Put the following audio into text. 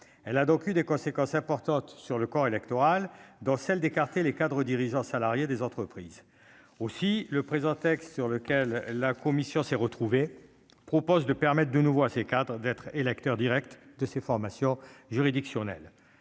elle a donc eu des conséquences importantes sur le corps électoral dans celle d'écarter les cadres dirigeants salariés des entreprises aussi le présent texte sur lequel la commission s'est retrouvée propose de permettent de nouveau à ses cadres d'être et l'acteur Direct de ces formations juridictionnelle